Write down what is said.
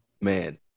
man